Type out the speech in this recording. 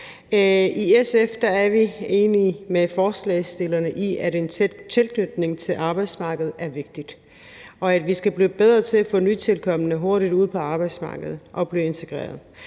I SF er vi enige med forslagsstillerne i, at en tæt tilknytning til arbejdsmarkedet er vigtig, og at vi skal blive bedre til at få nytilkomne hurtigt ud på arbejdsmarkedet og blive integreret,